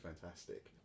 fantastic